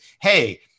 hey